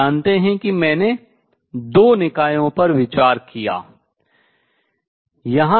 आप जानतें है कि मैंने 2 निकायों पर विचार किया है